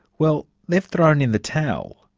well, they've thrown in the towel.